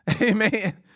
Amen